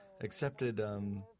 accepted